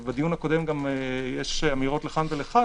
יש דעות לכאן ולכאן.